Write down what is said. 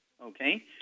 Okay